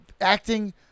acting